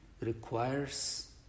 requires